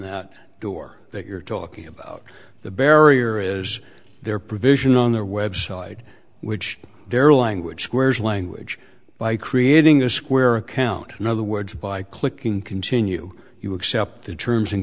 that door that you're talking about the barrier is there provision on their website which their language squares language by creating a square account in other words by clicking continue you accept the terms and